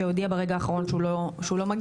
שהודיע ברגע האחרון שהוא לא מגיע,